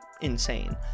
insane